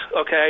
Okay